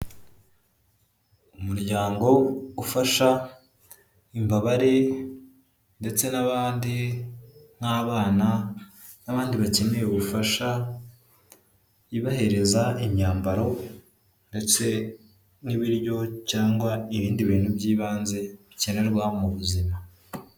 Umuryango ufasha imbabare ndetse n'abandi, nk'abana n'abandi bakeneye ubufasha, ibahereza imyambaro ndetse n'ibiryo cyangwa ibindi bintu by'ibanze bikenerwa mu buzima.